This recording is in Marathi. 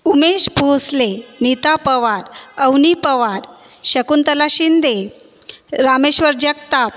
उमेश भोसले नीता पवार अवनी पवार शकुंतला शिंदे रामेश्वर जगताप